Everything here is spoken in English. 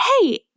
hey